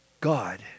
God